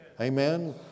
Amen